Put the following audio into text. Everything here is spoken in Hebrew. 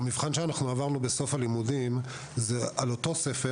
המבחן שאנחנו עברנו בסוף הלימודים זה על אותו ספר